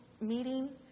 meeting